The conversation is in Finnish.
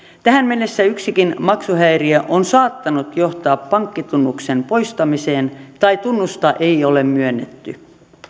tähän mennessä yksikin maksuhäiriö on saattanut johtaa pankkitunnuksen poistamiseen tai tunnusta ei ole myönnetty